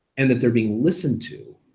and that they're being listened to,